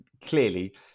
clearly